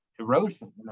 Erosion